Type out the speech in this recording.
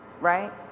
right